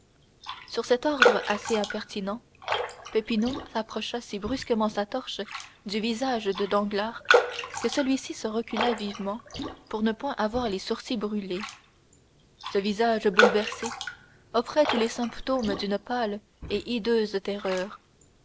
sur cet ordre assez impertinent peppino approcha si brusquement sa torche du visage de danglars que celui-ci se recula vivement pour ne point avoir les sourcils brûlés ce visage bouleversé offrait tous les symptômes d'une pâle et hideuse terreur